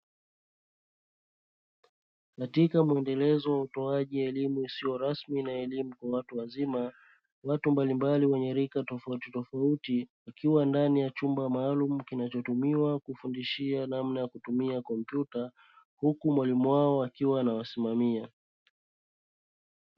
Katika muendelezo wa utoaji wa elimu isio rasmi na elimu kwa watu wazima, watu mbalimbali wenye rika tofautitofauti wakiwa ndani ya chumba maalumu kinachotumiwa katika kufundishia namna ya kutumia kompyuta, huku mwalimu wao akiwa anawasimamia.